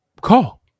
call